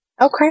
Okay